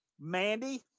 Mandy